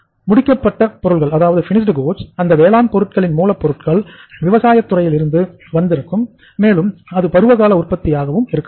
முடிக்கப்பட்ட அந்த வேளாண் பொருளின்மூலப்பொருள்கள் விவசாயத் துறையில் இருந்து வந்திருக்கும் மேலும் அதுபருவகால உற்பத்தி ஆகவும் இருக்கலாம்